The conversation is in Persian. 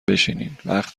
بشینین، وقت